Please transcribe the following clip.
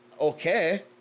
okay